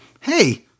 hey